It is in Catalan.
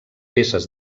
peces